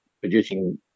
producing